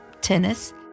tennis